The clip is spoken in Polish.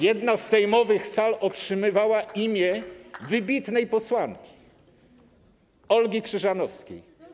Jedna z sejmowych sal otrzymywała imię wybitnej posłanki Olgi Krzyżanowskiej.